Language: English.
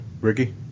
Ricky